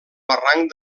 barranc